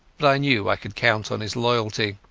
but i knew i could count on his loyalty.